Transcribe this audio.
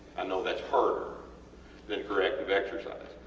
i know thats harder than corrective exercise,